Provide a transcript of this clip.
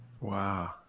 wow